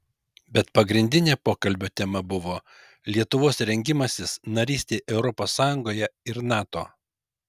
bet pagrindinė pokalbio tema buvo lietuvos rengimasis narystei europos sąjungoje ir nato